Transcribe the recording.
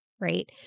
Right